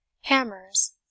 hammers